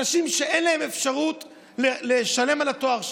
אנשים שאין להם אפשרות לשלם על התואר שלהם,